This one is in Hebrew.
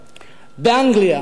באנגליה,